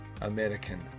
American